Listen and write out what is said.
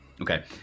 Okay